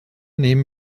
nehmen